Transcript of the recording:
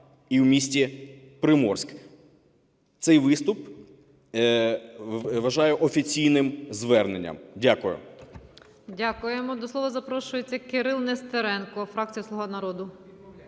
і в місті Приморськ. Цей виступ вважаю офіційним зверненням. Дякую. ГОЛОВУЮЧА. Дякуємо. До слова запрошується Кирилл Нестеренко, фракція "Слуга народу".